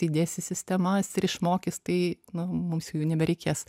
įdės į sistemas ir išmokys tai nu mums jų nebereikės